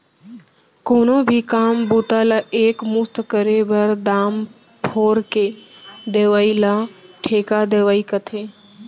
कोनो भी काम बूता ला एक मुस्त करे बर, दाम फोर के देवइ ल ठेका देवई कथें